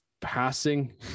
passing